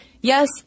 yes